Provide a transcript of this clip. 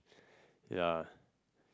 yeah